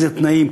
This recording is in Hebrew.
איזה תנאים,